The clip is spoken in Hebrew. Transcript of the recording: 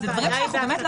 עובדת.